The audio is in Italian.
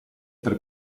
per